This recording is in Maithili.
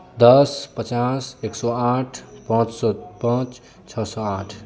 दस पचास एक सए आठ पाँच सए पाँच छओ सए आठ